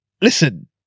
listen